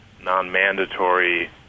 non-mandatory